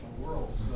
worlds